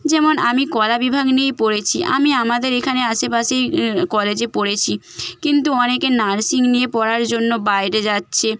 যেমন আমি কলা বিভাগ নিয়ে পড়েছি আমি আমাদের এখানে আশেপাশেই কলেজে পড়েছি কিন্তু অনেকে নার্সিং নিয়ে পড়ার জন্য বাইরে যাচ্ছে